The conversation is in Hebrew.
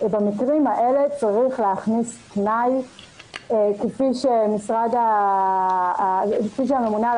במקרים האלה צריך להכניס תנאי כפי שהממונה על